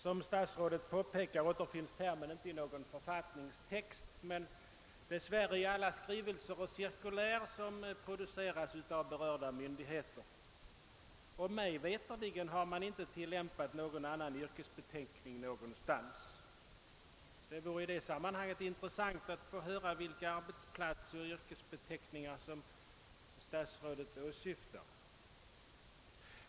Som statsrådet påpekar återfinns termen inte i någon författningstext, men den gör det dess värre i alla skrivelser och cirkulär som utges av berörda myndigheter. Mig veterligt har man inte tillämpat en annan yrkesbeteckning någonstans. Det vore i det här sammanhanget intressant att få höra vilka arbetsplatser och yrkesbeteckningar som statsrådet åsyftar.